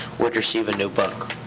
would receive a new book.